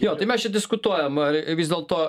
jo tai mes čia diskutuojam vis dėlto